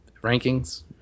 rankings